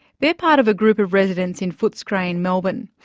they're part of a group of residents in footscray in melbourne,